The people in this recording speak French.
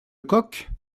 lecoq